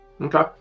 Okay